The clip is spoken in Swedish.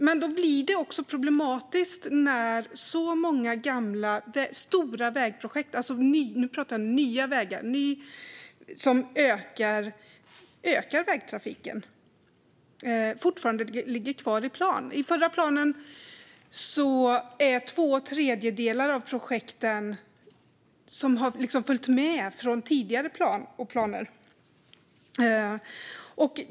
Men det blir problematiskt när så många stora vägprojekt - nu pratar jag nya vägar - som ökar vägtrafiken fortfarande ligger kvar i planen. I förra planen är två tredjedelar av projekten sådana som har följt med från tidigare planer.